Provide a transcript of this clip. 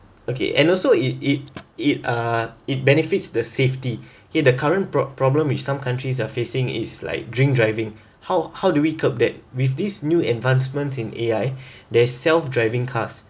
okay and also it it it uh it benefits the safety K the current prob~ problem is some countries are facing is like drink driving how how do we curb that with this new advancements in A_I there's self-driving cars